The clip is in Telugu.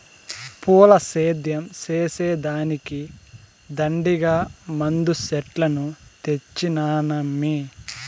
పూల సేద్యం చేసే దానికి దండిగా మందు చెట్లను తెచ్చినానమ్మీ